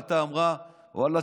עלתה ואמרה: ואללה,